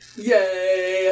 Yay